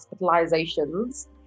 hospitalizations